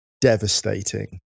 devastating